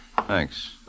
Thanks